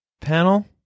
Panel